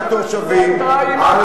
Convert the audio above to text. השר איתן, מתי, מתי נבנה?